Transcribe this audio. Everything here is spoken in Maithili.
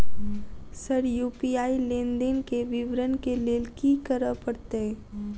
सर यु.पी.आई लेनदेन केँ विवरण केँ लेल की करऽ परतै?